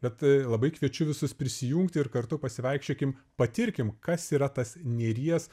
bet labai kviečiu visus prisijungti ir kartu pasivaikščiokim patirkim kas yra tas nėries